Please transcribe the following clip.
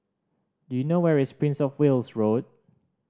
do you know where is Prince Of Wales Road